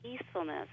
peacefulness